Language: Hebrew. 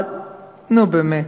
נו, באמת.